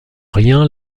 rien